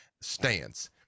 stance